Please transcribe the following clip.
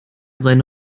seine